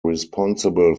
responsible